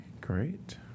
great